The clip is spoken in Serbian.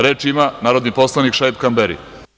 Reč ima narodni poslanik Šaip Kamberi.